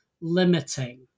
limiting